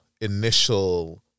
initial